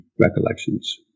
recollections